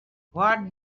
what